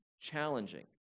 challenging